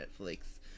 Netflix